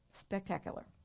spectacular